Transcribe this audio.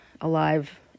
alive